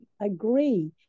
agree